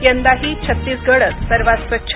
यंदाही छत्तीसगडच सर्वात स्वच्छ